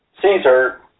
Caesar